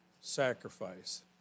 sacrifice